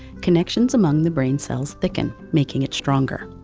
connections among the brain's cells thicken, making it stronger.